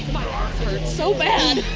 hurts so bad.